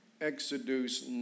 Exodus